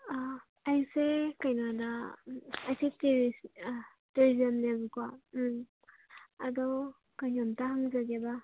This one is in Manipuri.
ꯑꯩꯁꯦ ꯀꯩꯅꯣꯗ ꯑꯩꯁꯦ ꯇꯨꯔꯤꯖꯝꯅꯦꯕꯀꯣ ꯎꯝ ꯑꯗꯣ ꯀꯩꯅꯣꯝꯇ ꯍꯪꯖꯒꯦꯕ